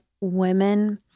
women